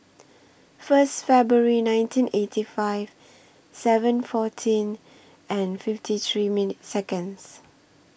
First February nineteen eighty five seven fourteen and fifty three minute Seconds